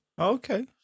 Okay